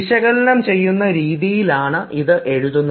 വിശകലനം ചെയ്യുന്ന രീതിയിലാണ് ഇത് എഴുതുന്നത്